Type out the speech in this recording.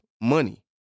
money